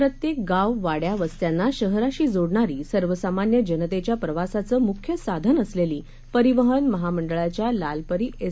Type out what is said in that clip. प्रत्येक गाव वाड्या वस्त्यांना शहराशी जोडणारी सर्वसामान्य जनतेच्या प्रवासाचं मुख्य साधन असलेली परिवहन महामंडळाच्या लालपरी एस